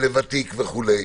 לוותיק וכולי.